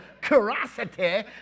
curiosity